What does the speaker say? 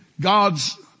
God's